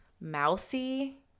mousy